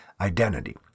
identity